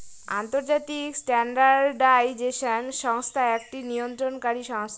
আন্তর্জাতিক স্ট্যান্ডার্ডাইজেশন সংস্থা একটি নিয়ন্ত্রণকারী সংস্থা